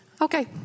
Okay